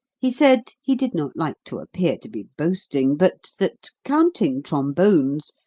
he said he did not like to appear to be boasting, but that, counting trombones,